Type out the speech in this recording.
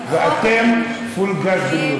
ואתם פול גז בניוטרל.